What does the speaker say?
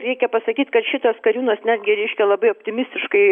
reikia pasakyt kad šitas kariūnas netgi reiškia labai optimistiškai